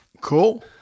cool